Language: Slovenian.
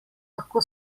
lahko